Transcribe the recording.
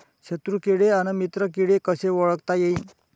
शत्रु किडे अन मित्र किडे कसे ओळखता येईन?